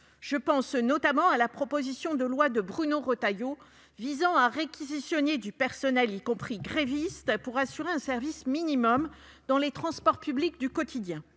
Je pense notamment à la proposition de loi de Bruno Retailleau visant à réquisitionner du personnel, y compris gréviste, pour assurer un service minimum dans les transports publics du quotidien,